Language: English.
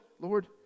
Lord